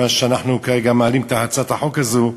מה שאנחנו כרגע מעלים בהצעת החוק הזאת,